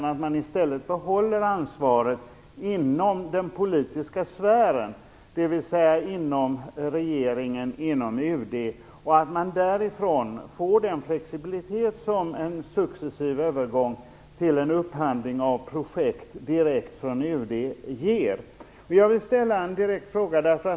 Man bör i stället behålla ansvaret inom den politiska sfären, dvs. inom regeringen och UD, så att man därifrån får den flexibilitet som en successiv övergång till en upphandling av projekt direkt från UD ger. Jag vill ställa en direkt fråga.